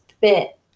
bit